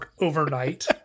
overnight